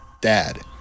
dad